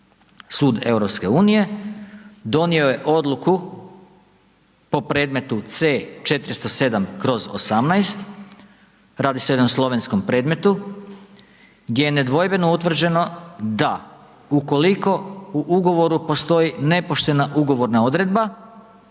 Sud EU donio je odluku po predmetu C 407/18, radi se o jednom slovenskom predmetu gdje je nedvojbeno utvrđeno da ukoliko u ugovoru postoji nepoštena ugovorna odredba,